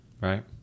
right